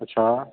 अच्छा